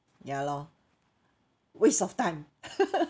ya lor waste of time